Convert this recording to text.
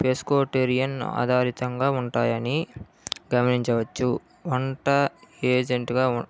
pescatarian ఆధారితంగా ఉంటాయని గమనించవచ్చు వంట ఏజెంట్గా